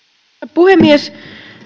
puhemies